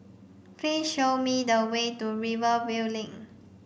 please show me the way to Rivervale Link